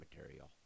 material